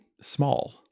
small